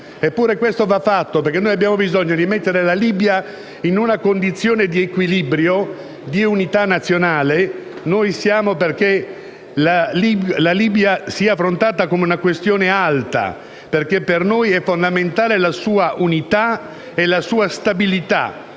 Eppure deve essere fatto, perché abbiamo bisogno di mettere la Libia in una condizione di equilibrio e di unità nazionale. Siamo convinti che la Libia debba essere affrontata come una questione alta, perché per noi sono fondamentali la sua unità e la sua stabilità.